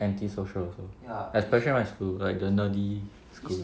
anti-social also especially my school like the nerdy school